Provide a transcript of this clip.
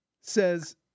says